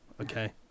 okay